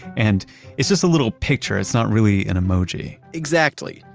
and it's just a little picture, it's not really an emoji exactly.